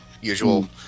usual